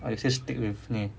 or you still stick with ni